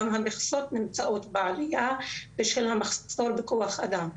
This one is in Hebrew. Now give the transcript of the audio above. גם המכסות נמצאות בעלייה בשל המחסור בכוח אדם.